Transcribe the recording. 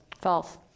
False